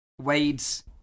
Wade's